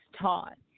taught